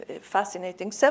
fascinating